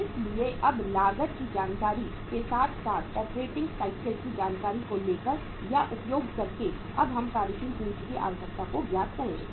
इसलिए अब लागत की जानकारी के साथ साथ ऑपरेटिंग साइकल की जानकारी को लेकर या उपयोग करके अब हम कार्यशील पूंजी की आवश्यकता को ज्ञात करेंगे